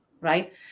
right